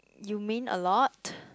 you mean a lot